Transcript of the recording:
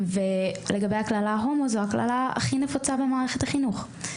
לגבי הקללה: "הומו" זוהי הקללה הכי נפוצה במערכת החינוך,